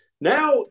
Now